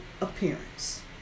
appearance